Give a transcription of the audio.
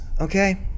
okay